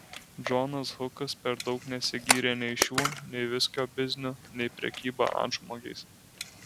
džonas hukas per daug nesigyrė nei šiuo nei viskio bizniu nei prekyba antžmogiais